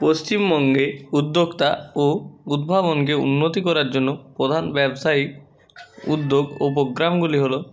পশ্চিমবঙ্গে উদ্যোক্তা ও উদ্ভাবনকে উন্নতি করার জন্য প্রধান ব্যবসায়ী উদ্যোগ ও পোগ্রামগুলি হলো